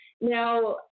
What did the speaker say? Now